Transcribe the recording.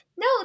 No